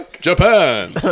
Japan